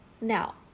Now